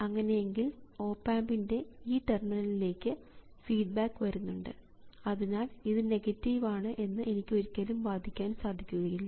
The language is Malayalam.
അങ്ങനെയെങ്കിൽ ഓപ് ആമ്പിൻറെ ഈ ടെർമിനലിലേക്ക് ഫീഡ്ബാക്ക് വരുന്നുണ്ട് അതിനാൽ ഇത് നെഗറ്റീവ് ആണ് എന്ന് എനിക്ക് ഒരിക്കലും വാദിക്കാൻ സാധിക്കുകയില്ല